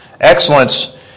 excellence